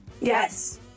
Yes